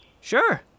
Sure